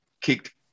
kicked